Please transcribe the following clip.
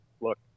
look